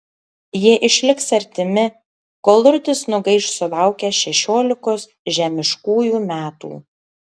jie išliks artimi kol rudis nugaiš sulaukęs šešiolikos žemiškųjų metų